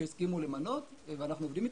שם הסכימו למנות ואנחנו עובדים אתם,